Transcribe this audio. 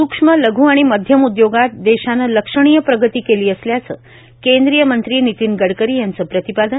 सुक्ष्म लघ् आणि मध्यम उद्योगात देशानं लक्षणीय प्रगती केली असल्याचं केंद्रीय मंत्री नितीन गडकरी यांचं प्रतिपादन